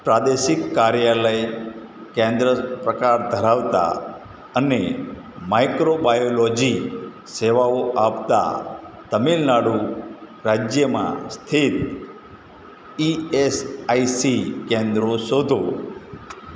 પ્રાદેશિક કાર્યાલય કેન્દ્ર પ્રકાર ધરાવતાં અને માઈક્રોબાયોલોજી સેવાઓ આપતાં તમિલનાડુ રાજ્યમાં સ્થિત ઇ એસ આઇ સી કેન્દ્રો શોધો